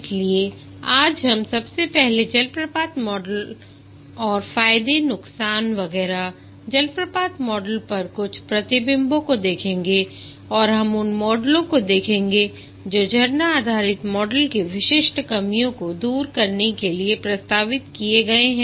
इसलिए आज हम सबसे पहले जलप्रपात मॉडल और फायदे नुकसान वगैरह जलप्रपात मॉडल पर कुछ प्रतिबिंबों को देखेंगे और हम उन मॉडलों को देखेंगे जो झरना आधारित मॉडल की विशिष्ट कमियों को दूर करने के लिए प्रस्तावित किए गए हैं